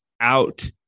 out